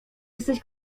jesteś